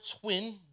twin